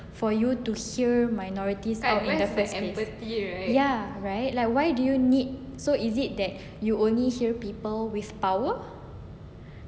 for you to hear minorities kind of what they face ya right like why do you need so is that you only hear people with power